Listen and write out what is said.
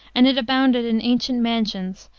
and it abounded in ancient mansions,